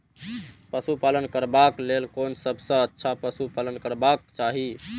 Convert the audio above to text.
पशु पालन करबाक लेल कोन सबसँ अच्छा पशु पालन करबाक चाही?